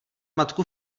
matku